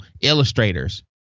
illustrators